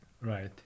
right